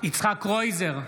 יצחק קרויזר,